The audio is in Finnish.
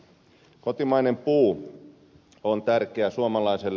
kotimainen puu on tärkeä suomalaiselle